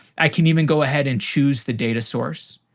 i can even go ahead and choose the data source.